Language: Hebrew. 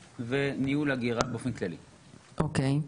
אוקי.